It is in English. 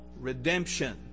redemption